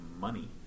money